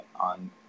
on